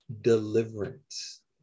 deliverance